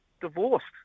divorced